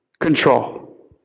control